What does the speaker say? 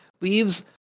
leaves